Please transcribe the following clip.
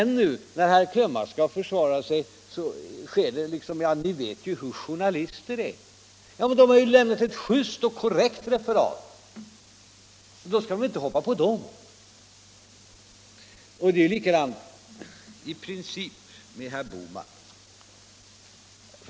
Nu när herr Krönmark skall försvara sig så sker det med uttrycket: ”Ni vet hur journalister är!” De har ju lämnat ett just och korrekt referat. Då skall man väl inte hoppa på dem. Det är likadant i princip med herr Bohman.